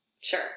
Sure